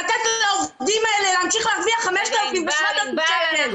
לתת לעובדים האלה להמשיך להרוויח 5,000 ו-7,000 שקל.